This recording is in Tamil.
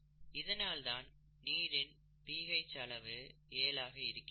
இதனால்தான் நீரின் பிஹெச் அளவு 7 ஆக இருக்கிறது